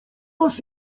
was